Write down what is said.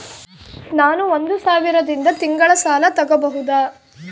ನಾನು ಒಂದು ಸಾವಿರದಿಂದ ತಿಂಗಳ ಸಾಲ ತಗಬಹುದಾ?